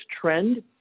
trend